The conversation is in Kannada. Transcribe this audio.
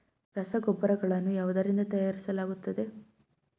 ರಸಗೊಬ್ಬರಗಳನ್ನು ಯಾವುದರಿಂದ ತಯಾರಿಸಲಾಗುತ್ತದೆ?